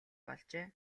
болжээ